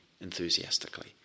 enthusiastically